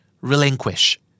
relinquish